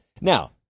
Now